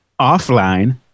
offline